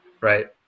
right